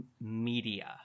media